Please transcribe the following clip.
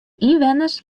ynwenners